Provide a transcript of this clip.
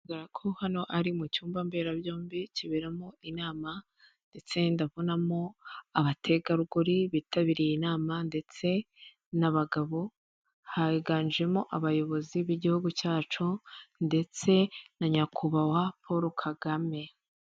Hagaragara ko hano ari mu cyumba mbera byombi kiberamo inama ndetse ndabonamo abategarugori bitabiriye inama ndetse n'abagabo higanjemo abayobozi b'igihugu cyacu ndetse na Nyakubahwa Paul Kagame.